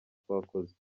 twakoze